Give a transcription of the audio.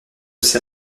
ses